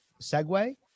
segue